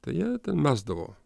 tai jie mesdavo